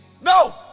No